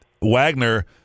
Wagner